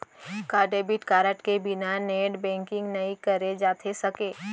का debit card के बिना नेट बैंकिंग नई करे जाथे सके?